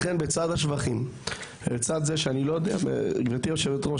לכן לצד השבחים ולצד זה שאני -- גברתי יושבת הראש,